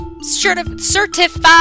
certified